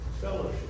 fellowship